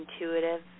intuitive